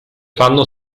fanno